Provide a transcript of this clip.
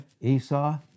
Esau